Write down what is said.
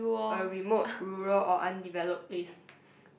a remote rural or undeveloped place